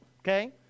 okay